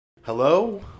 Hello